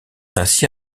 ainsi